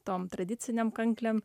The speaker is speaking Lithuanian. tom tradicinėm kanklėm